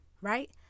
right